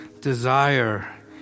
desire